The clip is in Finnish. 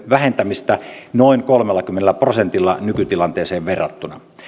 vähentämistä noin kolmellakymmenellä prosentilla nykytilanteeseen verrattuna